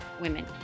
women